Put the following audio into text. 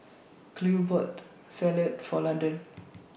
Cleo bought Salad For Landon